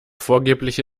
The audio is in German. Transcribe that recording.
vorgebliche